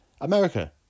America